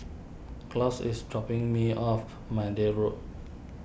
Claus is dropping me off Maude Road